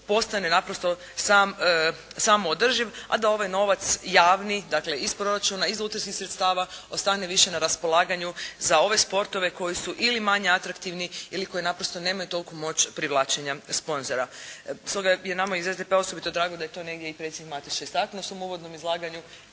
postane naprosto samoodrživ a da ovaj novac javni dakle iz proračuna, iz …/Govornica se ne razumije./… sredstava ostane više na raspolaganju za ove sportove koji su ili manje atraktivni ili koji naprosto nemaju toliku moć privlačenja sponzora. Stoga je nama iz SDP-a osobito drago da je to negdje i predsjednik Mateša istaknuo u svom uvodnom izlaganju